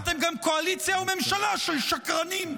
אתם גם קואליציה וממשלה של שקרנים.